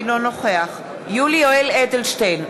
אינו נוכח יולי יואל אדלשטיין,